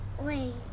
wait